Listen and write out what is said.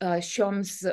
aš joms